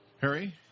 Harry